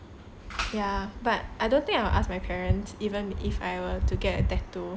ya but I don't think I will ask my parents even if I were to get a tattoo